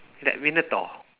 like minotaur